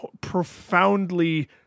profoundly